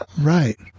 Right